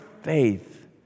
faith